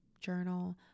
journal